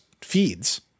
feeds